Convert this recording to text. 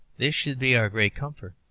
this should be our great comfort.